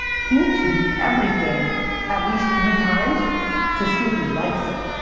he needs to do everything at least three times to see if he likes it.